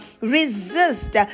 Resist